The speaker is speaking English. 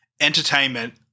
entertainment